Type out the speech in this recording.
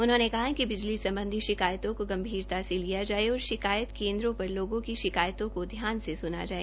उन्होंने कहा कि बिजली संबंधी शिकायतों को गंभीरता से लिया जाए और शिकायत केन्द्रों पर लोगों की शिकायतों को ध्यान से सुना जाए